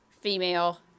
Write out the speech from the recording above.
female